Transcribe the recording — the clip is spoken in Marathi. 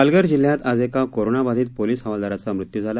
पालघर जिल्ह्यात आज एका कोरोना बाधित पोलीस हवालदाराचा मृत्यू झाला